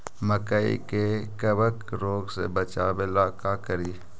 मकई के कबक रोग से बचाबे ला का करि?